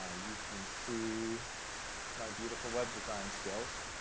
ah you can see my beautiful web design skills.